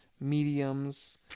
mediums